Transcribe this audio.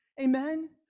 Amen